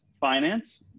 finance